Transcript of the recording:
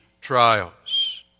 trials